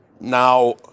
Now